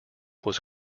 was